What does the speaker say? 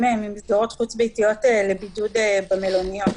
ממסגרות חוץ-ביתיות לבידוד במלוניות.